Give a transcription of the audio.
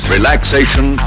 Relaxation